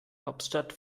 hauptstadt